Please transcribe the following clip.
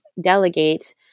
delegate